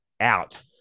out